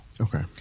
Okay